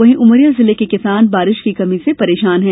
वहीं उमरिया जिले के किसान बारिश की कमी से परेशान हैं